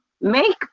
make